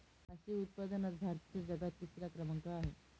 मासे उत्पादनात भारताचा जगात तिसरा क्रमांक आहे